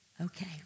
Okay